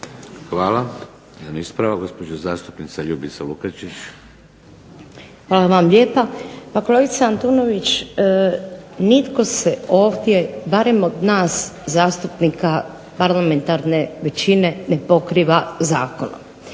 Hvala. Jedan ispravak, gospođa zastupnica Ljubica Lukačić. **Lukačić, Ljubica (HDZ)** Hvala vam lijepa. Pa kolegice Antunović, nitko se ovdje, barem od nas zastupnika parlamentarne većine ne pokriva zakonom.